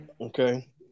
Okay